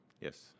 Yes